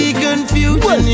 confusion